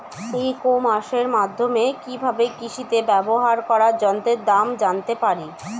ই কমার্সের মাধ্যমে কি ভাবে কৃষিতে ব্যবহার করা যন্ত্রের দাম জানতে পারি?